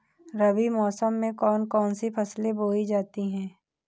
रबी मौसम में कौन कौन सी फसलें बोई जाती हैं?